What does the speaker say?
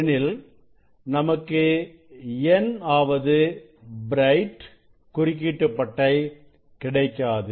எனில் நமக்கு n ஆவது பிரைட் குறுக்கீட்டுப் பட்டை கிடைக்காது